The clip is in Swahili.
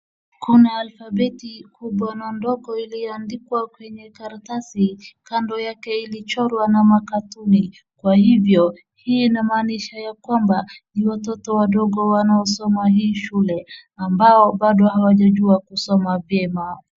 Kuna alfabeti kubwa na ndogo iliyoandikwa kwenye karatasi, kando yake ilichorwa na makatuni. Kwa hivyo, hii inamaanishwa ya kwamba, ni watoto wadogo wanaosoma hii shule, ambao bado hawajajua kusoma vyema.